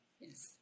Yes